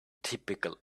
typical